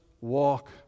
walk